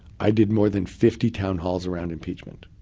i did more than fifty town halls around impeachment.